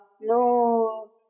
no